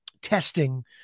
Testing